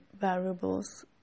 variables